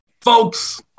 Folks